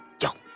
don't